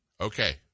Okay